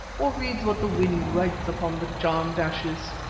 or reads what the wind writes upon the charmed ashes